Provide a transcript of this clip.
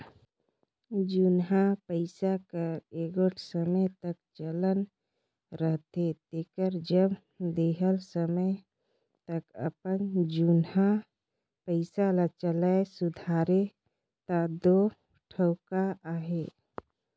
जुनहा पइसा कर एगोट समे तक चलन रहथे तेकर जब देहल समे तक अपन जुनहा पइसा ल चलाए सुधारे ता दो ठउका अहे